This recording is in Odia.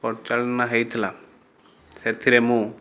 ପରିଚାଳନା ହେଇଥିଲା ସେଥିରେ ମୁଁ